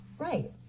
right